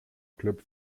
club